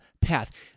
path